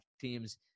teams